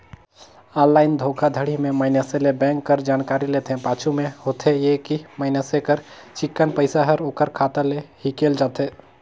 online धोखाघड़ी में मइनसे ले बेंक कर जानकारी लेथे, पाछू में होथे ए कि मइनसे कर चिक्कन पइसा हर ओकर खाता ले हिंकेल जाथे